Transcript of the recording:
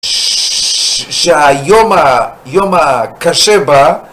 שהיום יום הקשה בה